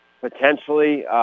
potentially